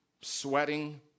sweating